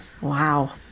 wow